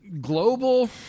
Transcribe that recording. global